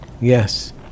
yes